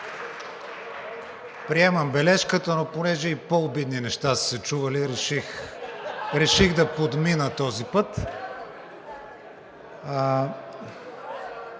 Приемам бележката, но понеже и по-обидни неща са се чували, реших (смях, шум и